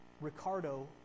Ricardo